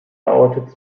dauerte